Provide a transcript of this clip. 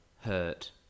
hurt